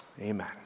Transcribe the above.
amen